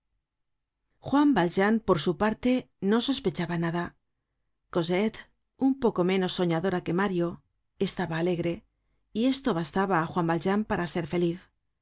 juan valjean por su parte no sospechaba nada cosette un poco menos soñadora que mario estaba alegre y esto bastaba á juan valjean para ser feliz